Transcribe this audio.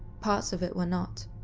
parts of it were not.